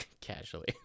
casually